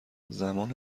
زمان